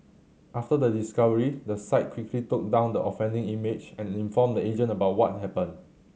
after the discovery the site quickly took down the offending image and informed the agent about what happened